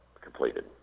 completed